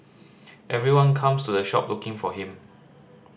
everyone comes to the shop looking for him